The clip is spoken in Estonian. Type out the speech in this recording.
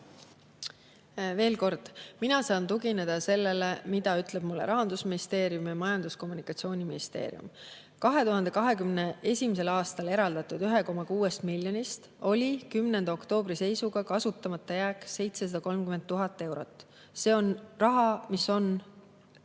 Veel kord: mina saan tugineda sellele, mida ütlevad mulle Rahandusministeerium ning Majandus‑ ja Kommunikatsiooniministeerium. 2021. aastal eraldatud 1,6 miljonist oli 10. oktoobri seisuga kasutamata 730 000 eurot. See on raha, mis on